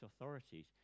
authorities